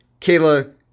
Kayla